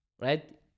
right